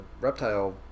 reptile